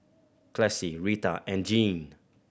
Classie Rita and Jeanne